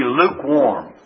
lukewarm